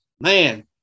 man